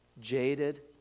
jaded